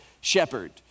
shepherd